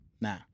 nah